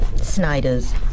Snyders